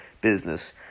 business